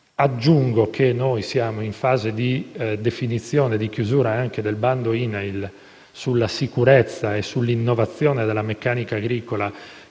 Aggiungo che siamo in fase di definizione e di chiusura del bando INAIL sulla sicurezza e sull'innovazione della meccanica agricola,